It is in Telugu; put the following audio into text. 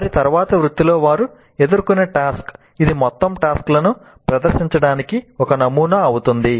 వారి తరువాతి వృత్తిలో వారు ఎదుర్కొనే టాస్క్ ఇది మొత్తం టాస్క్ లను ప్రదర్శించడానికి ఒక నమూనా అవుతుంది